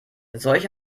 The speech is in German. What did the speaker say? solche